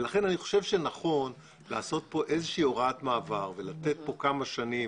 אני חושב שצריך לתת כמה שנים